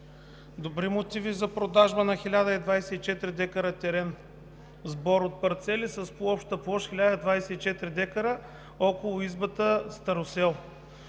Добри мотиви за продажба на 24 дка терен, сбор от парцели с обща площ 1024 дка около избата „Старосел“.